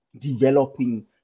developing